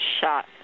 shot